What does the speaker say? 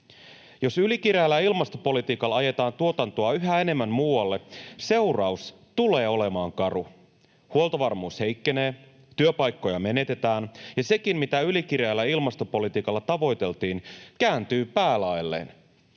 Jos ylikireällä ilmastopolitiikalla ajetaan tuotantoa yhä enemmän muualle, seuraus tulee olemaan karu. Huoltovarmuus heikkenee, työpaikkoja menetetään, ja sekin, mitä ylikireällä ilmastopolitiikalla tavoiteltiin, kääntyy päälaelleen.